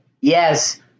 Yes